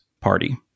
party